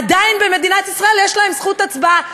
עדיין במדינת ישראל יש להם זכות הצבעה.